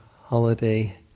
holiday